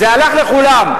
זה הלך לכולם.